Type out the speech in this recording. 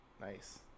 Nice